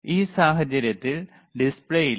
ഈ സാഹചര്യത്തിൽ വലത് ഡിസ്പ്ലേ ഇല്ല